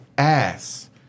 ass